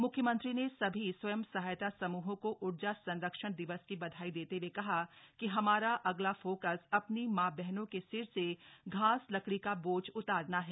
म्ख्यमंत्री ने सभी स्वयं सहायता सम्हों को ऊर्जा संरक्षण दिवस की बधाई देते हए कहा कि हमारा अगला फोकस अपनी मां बहनों के सिर से घास लकड़ी का बोझ उतारना है